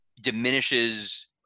diminishes